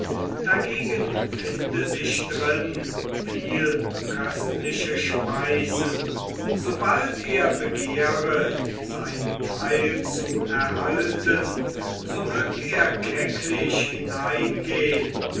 dagegen finde sich drin viel köstliche speise sobald er begehre seinen teil zu erhalten so mög er kecklich hineingehn